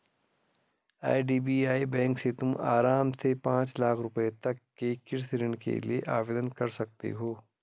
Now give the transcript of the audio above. IDBI bank से तुम आराम से पाँच लाख रुपयों तक के कृषि ऋण के लिए आवेदन कर सकती हो